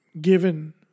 given